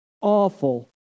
awful